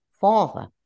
father